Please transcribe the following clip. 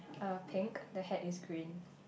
uh pink the hat is green